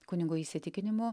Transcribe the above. kunigo įsitikinimu